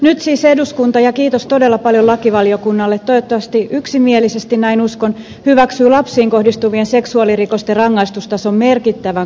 nyt siis eduskunta ja kiitos todella paljon lakivaliokunnalle toivottavasti yksimielisesti näin uskon hyväksyy lapsiin kohdistuvien seksuaalirikosten rangaistustason merkittävän korottamisen